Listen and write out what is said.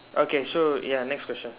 okay so ya next question